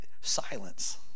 silence